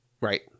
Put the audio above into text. Right